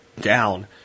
down